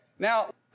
Now